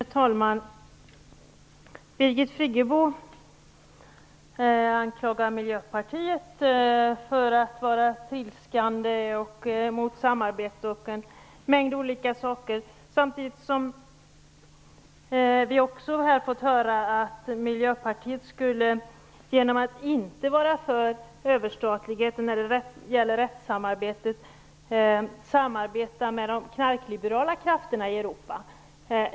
Herr talman! Birgit Friggebo anklagar Miljöpartiet för att vara trilskande och mot samarbete och en mängd olika saker. Samtidigt har vi också fått höra att Miljöpartiet, genom att inte vara för överstatlighet när det gäller rättssamarbetet, skulle samarbeta med de knarkliberala krafterna i Europa.